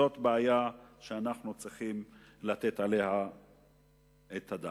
זאת בעיה שאנחנו צריכים לתת עליה את הדעת.